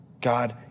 God